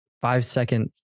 five-second